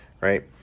right